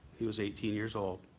he was eighteen years old,